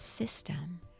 system